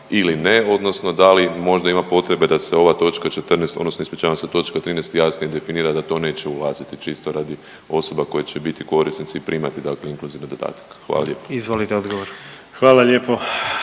ili ne odnosno da li možda ima potrebe da se ova točka 14. odnosno ispričavam se točka 13. jasnije definira da to neće ulaziti čisto radi osoba koje će biti korisnici i primat dakle inkluzivni dodatak. Hvala lijepo. **Jandroković,